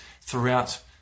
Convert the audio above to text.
throughout